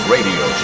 Radio